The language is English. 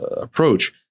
approach